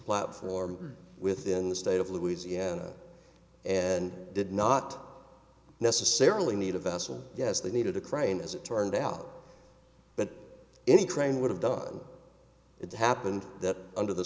platform within the state of louisiana and did not necessarily need a vassal yes they needed a crane as it turned out but any crane would have done it happened that under the